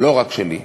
רק שלי,